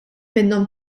minnhom